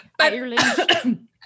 Ireland